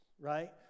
right